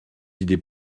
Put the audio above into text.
idées